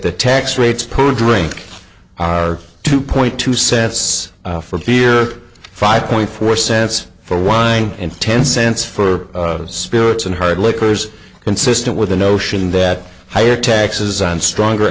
the tax rates per drink are two point two sets for beer five point four cents for wine and ten cents for spirits and hard liquor is consistent with the notion that higher taxes on stronger